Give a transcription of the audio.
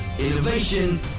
Innovation